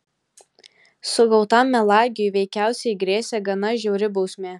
sugautam melagiui veikiausiai grėsė gana žiauri bausmė